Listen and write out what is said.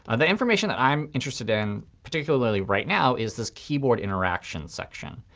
and the information that i'm interested in particularly right now is this keyboard interaction section.